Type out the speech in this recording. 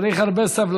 חברות וחברי הכנסת,